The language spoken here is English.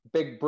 Big